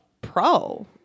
pro